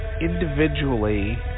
individually